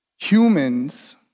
humans